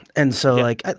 and so like,